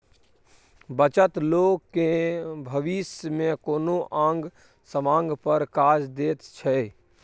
बचत लोक केँ भबिस मे कोनो आंग समांग पर काज दैत छै